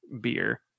beer